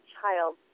child